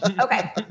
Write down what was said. okay